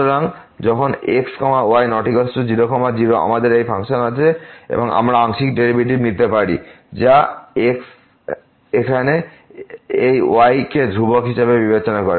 সুতরাং যখন x y ≠ 0 0 আমাদের এই ফাংশন আছে এবং আমরা আংশিক ডেরিভেটিভ নিতে পারি যা x এখানে এই y কে ধ্রুবক হিসাবে বিবেচনা করে